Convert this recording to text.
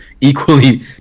equally